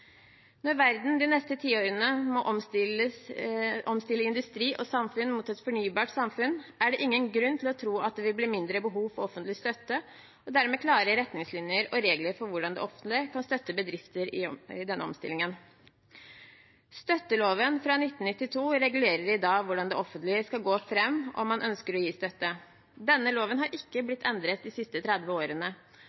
Når verden de neste tiårene må omstille industri og samfunn mot et fornybart samfunn, er det ingen grunn til å tro at det vil bli mindre behov for offentlig støtte og dermed klare retningslinjer og regler for hvordan det offentlige kan støtte bedrifter i denne omstillingen. Støtteloven fra 1992 regulerer i dag hvordan det offentlige skal gå fram om man ønsker å gi støtte. Denne loven har ikke